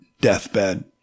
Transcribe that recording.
deathbed